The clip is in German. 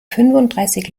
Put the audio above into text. fünfunddreißig